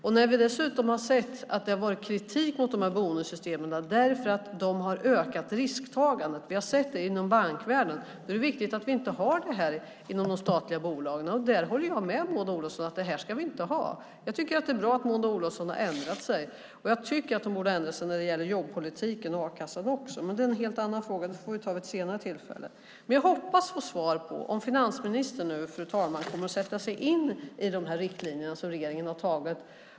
Nu har vi dessutom sett att det har varit kritik mot de här bonussystemen för att de har ökat risktagandet. Vi har sett det inom bankvärlden. Då är det viktigt att vi inte har det här inom de statliga bolagen. Jag håller med Maud Olofsson om att vi inte ska ha det här. Jag tycker att det är bra att Maud Olofsson har ändrat sig. Jag tycker att hon borde ändra sig också när det gäller jobbpolitiken och a-kassan, men det är en helt annan fråga. Den får vi ta vid ett senare tillfälle. Men, fru talman, jag hoppas få svar på om finansministern nu kommer att sätta sig in i de här riktlinjerna, som regeringen har antagit.